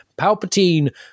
Palpatine